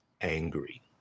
angry